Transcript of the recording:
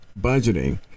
budgeting